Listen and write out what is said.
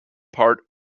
part